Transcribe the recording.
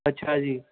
ਅੱਛਾ ਜੀ